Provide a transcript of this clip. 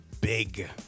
big